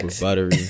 buttery